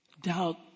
doubt